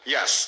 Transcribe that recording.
Yes